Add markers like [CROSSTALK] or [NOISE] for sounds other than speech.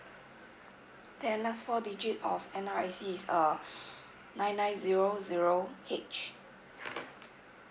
then last four digit of NRIC is uh [BREATH] nine nine zero zero H